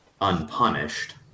unpunished